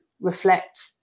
reflect